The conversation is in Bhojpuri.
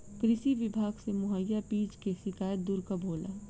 कृषि विभाग से मुहैया बीज के शिकायत दुर कब होला?